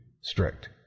strict